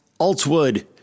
Altwood